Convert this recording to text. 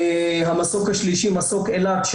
המסוק השלישי מסוק אילת,